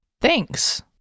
Thanks